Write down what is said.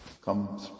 Come